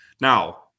Now